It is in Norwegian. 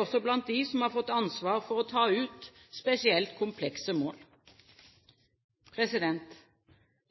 også blant dem som har fått ansvar for å ta ut spesielt komplekse mål.